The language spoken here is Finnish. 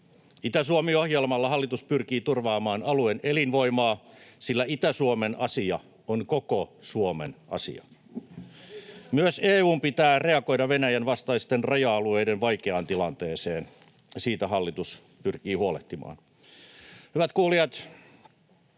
Itä-Suomi-ohjelmalla hallitus pyrkii turvaamaan alueen elinvoimaa, sillä Itä-Suomen asia on koko Suomen asia. Myös EU:n pitää reagoida Venäjän vastaisten raja-alueiden vaikeaan tilanteeseen, ja siitä hallitus pyrkii huolehtimaan. Hyvät kuulijat!